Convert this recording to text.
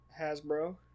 Hasbro